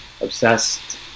obsessed